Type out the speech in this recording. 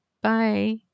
Bye